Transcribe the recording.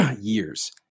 years